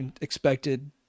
expected